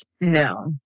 No